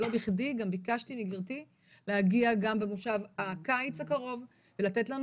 לא בכדי גם ביקשתי מגברתי להגיע גם במושב הקיץ הקרוב ולתת לנו